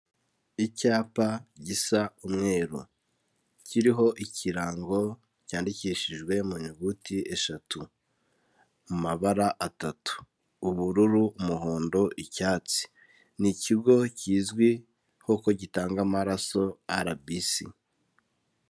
Icyapa gisa umweru, kiriho ikirango cyandikishijwe mu nyuguti eshatu mu mabara atatu: ubururu, umuhondo, icyatsi, ni ikigo kizwi ho ko gitanga amaraso RBC.